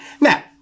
Now